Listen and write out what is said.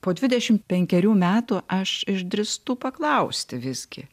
po dvidešimt penkerių metų aš išdrįstu paklausti visgi